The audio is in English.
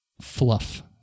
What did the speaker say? fluff